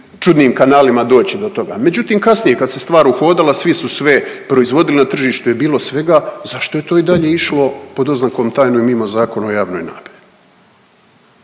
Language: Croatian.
čudnim kanalima doći do toga. Međutim, kasnije kad se stvar uhodala svi su sve proizvodili, na tržištu je bilo svega, zašto je to i dalje išlo pod oznakom tajno i mimo Zakona o javnoj nabavi?